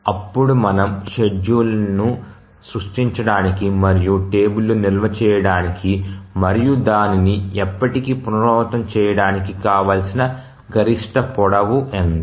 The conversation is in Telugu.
అప్పుడు మనం షెడ్యూల్ను సృష్టించడానికి మరియు టేబుల్ లో నిల్వ చేయడానికి మరియు దానిని ఎప్పటికీ పునరావృతం చేయడానికి కావాల్సిన గరిష్ట పొడవు ఎంత